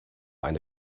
eine